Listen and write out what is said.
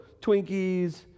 Twinkies